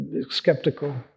Skeptical